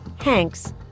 Hanks